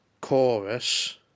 chorus